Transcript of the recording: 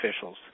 officials